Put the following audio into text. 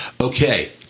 okay